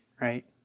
Right